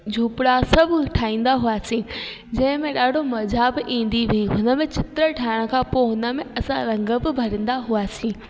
झोपड़ा सभु ठाहींदा हुआसीं जंहिंमें ॾाढो मजा बि ईंदी हुई हिनमें चित्र ठाइण खां पोइ हुनमें असां रंग बि भरिंदा हुआसीं